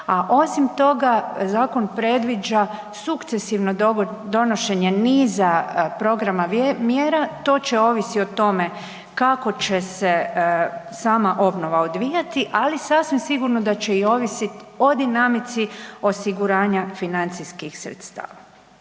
a osim toga zakon predviđa sukcesivno donošenje niza programa mjera, to će ovisiti o tome kako će se sama obnova odvijati, ali sasvim sigurno da će i ovisit o dinamici osiguranja financijskih sredstava.